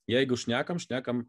jeigu šnekam šnekam